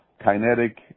kinetic